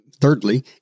thirdly